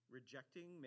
rejecting